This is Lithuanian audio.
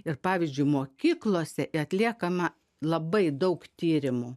ir pavyzdžiui mokyklose atliekama labai daug tyrimų